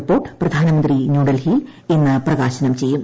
report പ്രധാനമന്ത്രി ന്യൂഡൽഹിയിൽ ഇന്ന് പ്രകാശനം ചെയ്യും